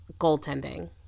goaltending